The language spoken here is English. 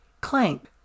Clank